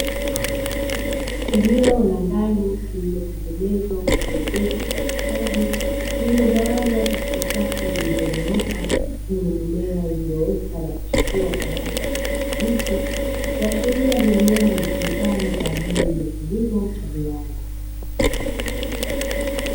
Eneo la ndani lililotengenezwa na kuezekwa kwa ustadi, lililogawanywa katika safu zilizo nyooka zenye mimea iliyoota na kuchipua kwa rangi ya kijani kibichi, kuashiria ni eneo litumikalo kwaajili ya kilimo cha viwanda.